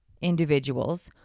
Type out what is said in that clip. individuals